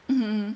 mmhmm